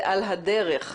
זה על הדרך קורה.